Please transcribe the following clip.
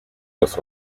los